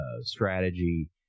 strategy